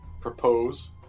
propose